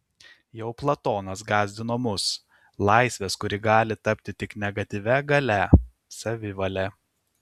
jau platonas gąsdino mus laisvės kuri gali tapti tik negatyvia galia savivale